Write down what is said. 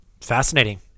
fascinating